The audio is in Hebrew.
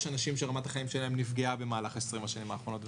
יש אנשים שרמת החיים שלהם נפגעה במהלך 20 השנים האחרונות,